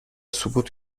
سقوط